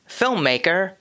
filmmaker